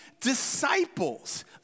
disciples